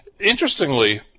Interestingly